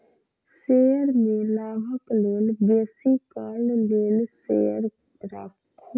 share में लाभक लेल बेसी काल लेल शेयर राखू